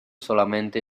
solamente